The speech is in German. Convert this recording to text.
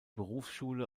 berufsschule